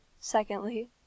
Secondly